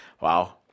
wow